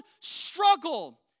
struggle